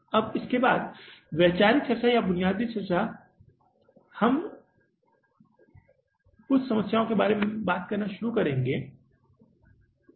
अब इसके बाद वैचारिक चर्चा या बुनियादी चर्चा अब हम कुछ समस्याओं के बारे में बात करना शुरू करेंगे सही